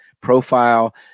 profile